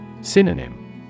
Synonym